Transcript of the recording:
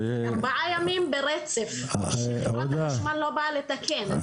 שחברת החשמל לא באה לתקן.